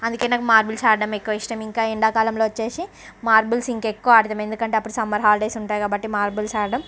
అందుకే నాకు మార్బల్స్ ఆడటం ఎక్కువ ఇష్టం ఇంకా ఎండాకాలంలో వచ్చేసి మార్బల్స్ ఇంకా ఎక్కువ ఆడుతాం ఎందుకంటే అప్పుడు సమ్మర్ హాలిడేస్ ఉంటాయి కాబట్టి మార్బల్స్ ఆడటం